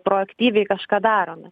proaktyviai kažką darome